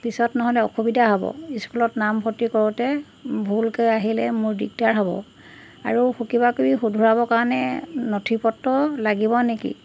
পিছত নহ'লে অসুবিধা হ'ব স্কুলত নাম ভৰ্তি কৰোঁতে ভুলকৈ আহিলে মোৰ দিগদাৰ হ'ব আৰু কিবাকিবি শুধৰাবৰ কাৰণে নথিপত্ৰ লাগিব নেকি